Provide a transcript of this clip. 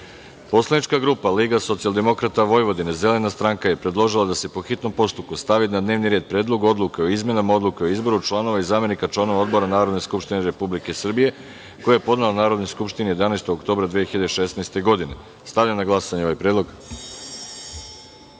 predlog. Poslanička grupa Liga socijaldemokrata Vojvodine - Zelena stranka je predložila da se po hitnom postupku stavi na dnevni red Predlog odluke o izmenama Odluke o izboru članova i zamenika članova odbora Narodne skupštine Republike Srbije, koji je podnela Narodnoj skupštini 11. oktobra 2016. godine. Stavljam na glasanje ovaj